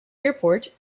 airport